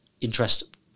interest